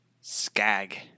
Skag